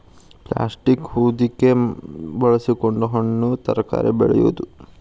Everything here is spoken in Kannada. ಪ್ಲಾಸ್ಟೇಕ್ ಹೊದಿಕೆ ಬಳಸಕೊಂಡ ಹಣ್ಣು ತರಕಾರಿ ಬೆಳೆಯುದು